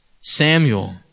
Samuel